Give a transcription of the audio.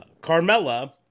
Carmella